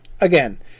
Again